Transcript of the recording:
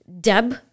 Deb